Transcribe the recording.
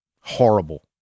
Horrible